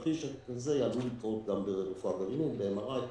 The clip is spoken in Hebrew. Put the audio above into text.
שתרחיש כזה עלול לקרות גם ברפואה גרעינית, ב-MRI.